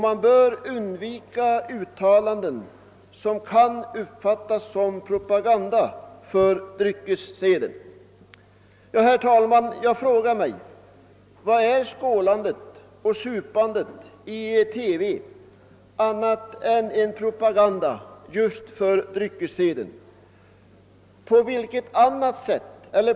Man bör undvika uttalanden som kan uppfattas som propaganda för dryckesseden.» Herr talman! Jag frågar mig om skålandet och supandet i TV är annat än en propaganda för dryckesseden.